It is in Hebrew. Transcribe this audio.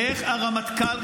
איך הרמטכ"ל,